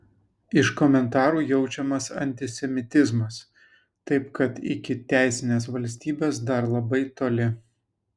iš komentarų jaučiamas antisemitizmas taip kad iki teisinės valstybės dar labai toli